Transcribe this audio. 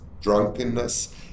drunkenness